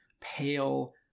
pale